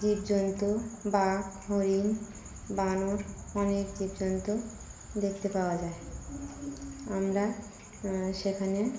জীব জন্তু বা হরিণ বানর অনেক জীব জন্তু দেখতে পাওয়া যায় আমরা সেখানে